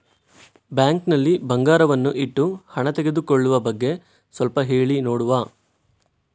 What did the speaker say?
Bank ನಲ್ಲಿ ಬಂಗಾರವನ್ನು ಇಟ್ಟು ಹಣ ತೆಗೆದುಕೊಳ್ಳುವ ಬಗ್ಗೆ ಸ್ವಲ್ಪ ಹೇಳಿ ನೋಡುವ?